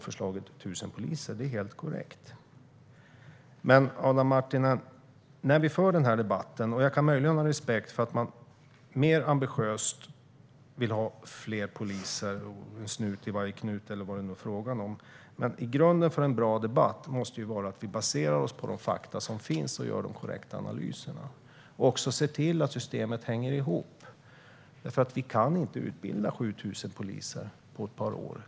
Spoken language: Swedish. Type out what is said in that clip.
Förslaget förra året var 1 000 - det är helt korrekt. Jag kan möjligen ha respekt för att man mer ambitiöst vill ha fler poliser, en snut i varje knut, eller vad det nu är frågan om. Men, Adam Marttinen, grunden för en bra debatt måste vara att vi baserar det på de fakta som finns och att vi gör de korrekta analyserna. Vi måste också se till att systemet hänger ihop, för vi kan inte utbilda 7 000 poliser på ett par år.